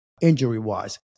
injury-wise